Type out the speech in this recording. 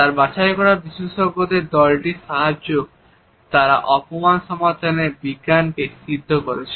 তার বাছাই করা বিশেষজ্ঞদের দলটির সাহায্য তারা অপরাধ সমাধানের বিজ্ঞানকে সিদ্ধ করেছে